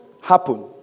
happen